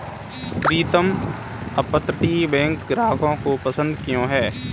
प्रीतम अपतटीय बैंक ग्राहकों की पसंद क्यों है?